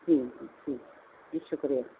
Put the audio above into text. جی جی جی شکریہ